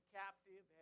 captive